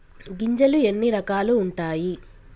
గింజలు ఎన్ని రకాలు ఉంటాయి?